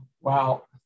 Wow